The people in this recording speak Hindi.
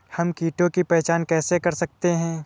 हम कीटों की पहचान कैसे कर सकते हैं?